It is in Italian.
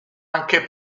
anche